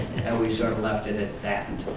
and we sort of left it at that.